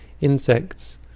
insects